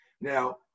Now